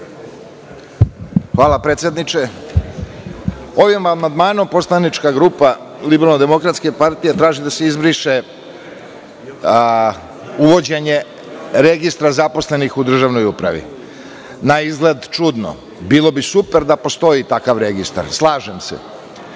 Hvala predsedniče. Ovim amandmanom poslanička grupa LDP traži da se izbriše uvođenje registra zaposlenih u državnoj upravi. Naizgled čudno. Bilo bi super da postoji takav registar, slažem se.